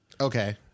Okay